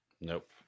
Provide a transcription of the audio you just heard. Nope